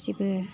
जेबो